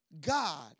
God